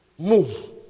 Move